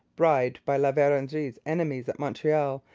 bribed by la verendrye's enemies at montreal,